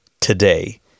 today